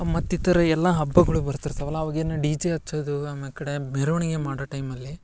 ಮತ್ತಿತರ ಎಲ್ಲ ಹಬ್ಬಗಳು ಬರ್ತಿರ್ತವಲ್ಲ ಅವಾಗ ಏನು ಡಿ ಜೆ ಹಚ್ಚೋದು ಆಮೇಕಡೆ ಮೆರ್ವಣಿಗೆ ಮಾಡೋ ಟೈಮಲ್ಲಿ